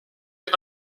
une